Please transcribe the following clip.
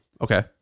Okay